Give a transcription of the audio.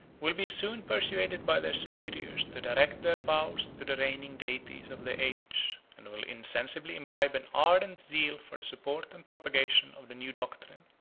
will be soon persuaded by their superiors to direct their vows to the reigning deities of the age and will insensibly imbibe an ardent zeal for the support and propagation of the new doctrine,